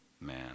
man